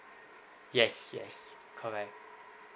yes yes correct